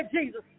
Jesus